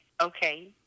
okay